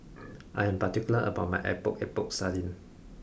I am particular about my epok epok sardin